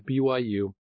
BYU